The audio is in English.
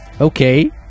Okay